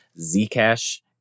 zcash